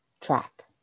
track